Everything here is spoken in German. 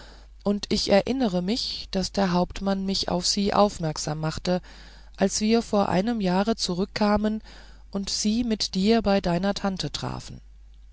und ich erinnere mich daß der hauptmann mich auf sie aufmerksam machte als wir vor einem jahre zurückkamen und sie mit dir bei deiner tante trafen